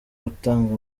utanga